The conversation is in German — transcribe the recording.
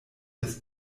des